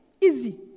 Easy